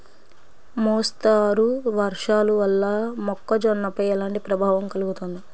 మోస్తరు వర్షాలు వల్ల మొక్కజొన్నపై ఎలాంటి ప్రభావం కలుగుతుంది?